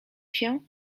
się